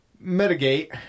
mitigate